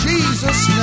Jesus